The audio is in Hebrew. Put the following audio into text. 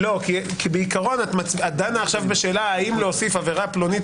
כי בעיקרון את דנה עכשיו בשאלה האם להוסיף עבירה פלונית